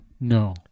No